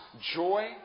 joy